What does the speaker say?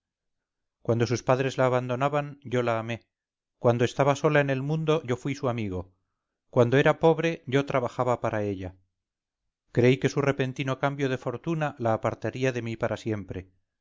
cuando sus padres la abandonaban yo la amé cuando estaba sola en el mundo yo fuí su amigo cuando era pobre yo trabajaba para ella creí que su repentino cambio de fortuna la apartaría de mí para siempre